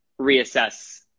reassess